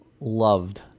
loved